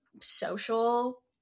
social